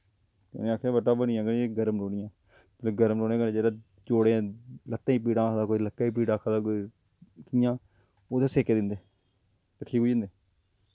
ते उ'नें आक्खेआ कि बट्टा बनी जाङ मनियां गर्म रौह्नियां ते गर्म रौहने कन्नै जोड़ें लत्तें गी पीड़ां आखदा कोई लक्कै गी पीड़ आक्खा दा कोई कियां ओह्दे सेके दिंदे ते ठीक होई जंदे